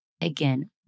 Again